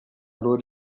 loro